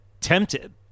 tempted